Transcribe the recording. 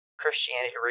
Christianity